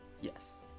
Yes